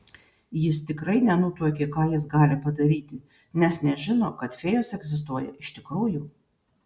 jis tikrai nenutuokė ką jis gali padaryti nes nežino kad fėjos egzistuoja iš tikrųjų